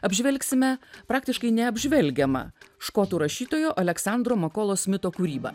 apžvelgsime praktiškai neapžvelgiamą škotų rašytojo aleksandro makolo smito kūrybą